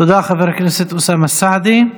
תודה, חבר הכנסת אוסאמה סעדי.